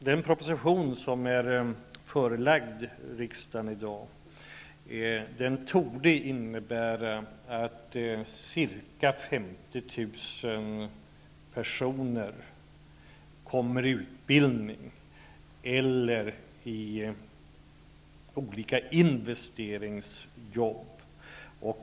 Den proposition som i dag har förelagts riksdagen torde innebära att ca 50 000 personer kommer i utbildning eller i olika investeringsjobb.